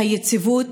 שהיציבות,